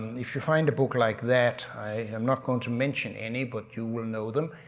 if you find a book like that, i am not going to mention any but you will know them,